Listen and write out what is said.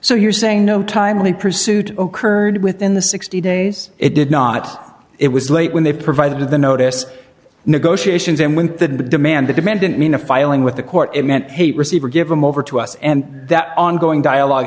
so you're saying no timely pursuit occurred within the sixty days it did not it was late when they provided the notice negotiations and when the demand the defendant mean a filing with the court it meant hate receive or give them over to us and that ongoing dialogue